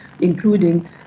including